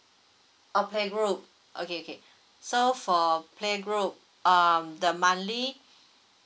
okay group okay okay so for playgroup um the monthly